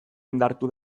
indartu